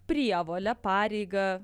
prievolę pareigą